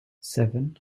seven